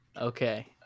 Okay